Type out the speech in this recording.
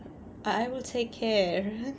I I will take care